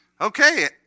okay